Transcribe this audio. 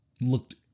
looked